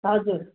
हजुर